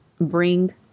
bring